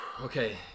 Okay